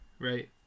right